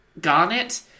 Garnet